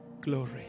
glory